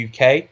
uk